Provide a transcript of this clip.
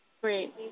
Great